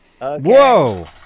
Whoa